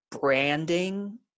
branding